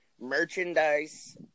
merchandise